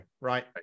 right